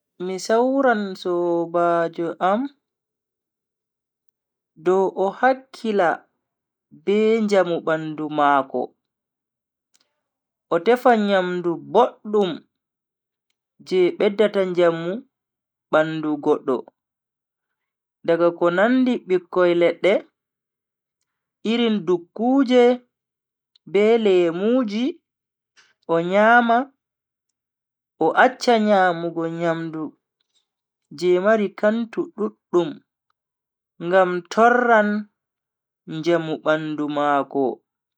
Mi sawaran sobajo am dow o hakkila be njamu bandu mako o tefa nyamdu boddum je beddata njamu bandu goddo, daga ko nandi bikkoi ledde, irin dukkuje be lemuji o nyama o accha nyamugo nyamdu je mari kantu duddum ngam torran njamu bandu mako.